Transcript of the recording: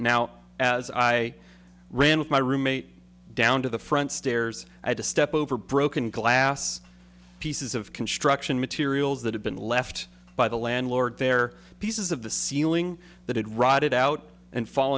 now as i ran with my roommate down to the front stairs i had to step over broken glass pieces of construction materials that have been left by the landlord there pieces of the ceiling that had rotted out and fall